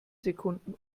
sekunden